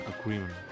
agreement